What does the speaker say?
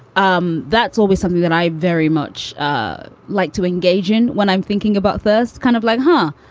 um that's always something that i very much ah like to engage in. when i'm thinking about this kind of like, huh,